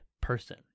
person